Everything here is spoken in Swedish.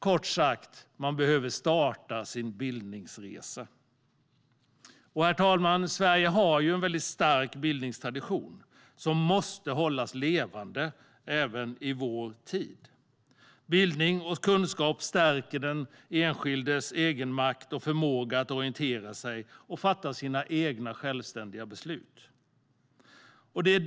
Kort sagt: Man behöver starta sin bildningsresa. Herr talman! Sverige har en väldigt stark bildningstradition som måste hållas levande även i vår tid. Bildning och kunskap stärker den enskildes egenmakt och förmåga att orientera sig och fatta egna självständiga beslut.